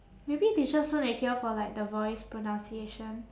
maybe they just want to hear for like the voice pronunciation